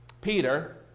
Peter